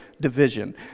division